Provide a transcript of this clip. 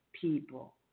people